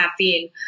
caffeine